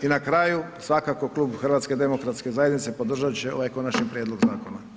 I na kraju, svakako Klub HDZ-a podržat će ovaj Konačni prijedlog zakona.